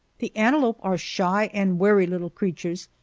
the antelope are shy and wary little creatures,